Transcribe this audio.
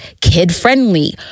kid-friendly